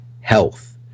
health